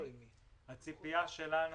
הציפייה שלנו